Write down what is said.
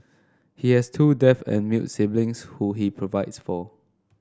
he has two deaf and mute siblings who he provides for